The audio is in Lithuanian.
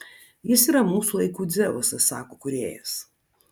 jis yra mūsų laikų dzeusas sako kūrėjas